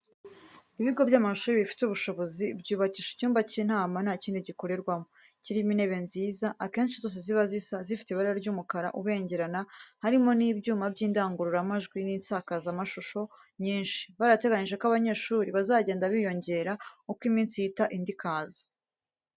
Ibigo by'amashuri bifite ubushobozi byubakisha icyumba cy'inama nta kindi gikorerwamo, kirimo intebe nziza akenshi zose ziba zisa zifite ibara ry'umukara ubengerana, harimo n'ibyuma by'indangururamajwi n'insakazamashusho nyinshi, barateganyije ko abanyeshuri bazagenda biyongera uko iminsi ihita indi ikaza.